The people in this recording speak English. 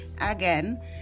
Again